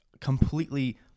completely